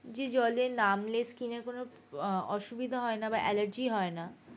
যে জলে নামলে স্কিনে কোনো অসুবিধা হয় না বা অ্যালার্জি হয় না